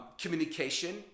communication